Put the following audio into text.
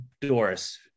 Doris